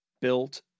built